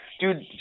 Dude